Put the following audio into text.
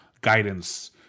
guidance